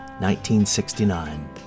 1969